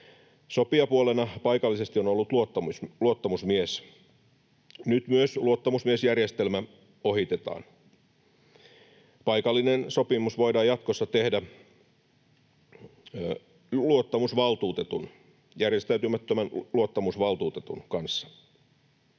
Sopijapuolena paikallisesti on ollut luottamusmies. Nyt myös luottamusmiesjärjestelmä ohitetaan. Paikallinen sopimus voidaan jatkossa tehdä järjestäytymättömän luottamusvaltuutetun kanssa.